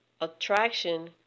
Attraction